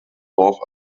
dorf